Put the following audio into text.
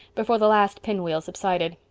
before the last pinwheel subsided.